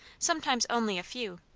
sometimes only a few.